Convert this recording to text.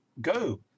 go